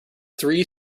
three